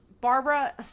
Barbara